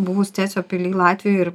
buvus cėsio pily latvijoj ir